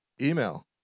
email